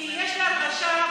כי יש לי הרגשה,